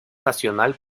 nacional